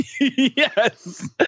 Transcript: Yes